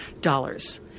dollars